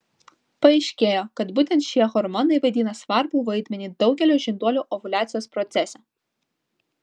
paaiškėjo kad būtent šie hormonai vaidina svarbų vaidmenį daugelio žinduolių ovuliacijos procese